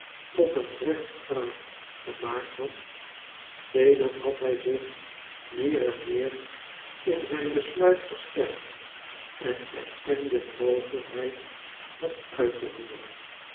tot een rechtsvraag gemaakt had sedert had hij zich meer en meer in zijn besluit versterkt en erkende de mogelijkheid het uit te voeren